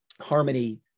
harmony